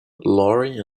laurie